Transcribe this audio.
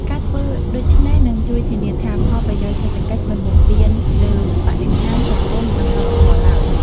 ការធ្វើដូច្នេះនឹងជួយធានាថា ផលប្រយោជន៍សេដ្ឋកិច្ចមិនបំពានលើបរិស្ថាន សង្គម និងវប្បធម៌ឡើយ។